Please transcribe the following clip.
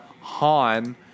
Han